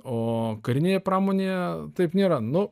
o karinėje pramonėje taip nėra nu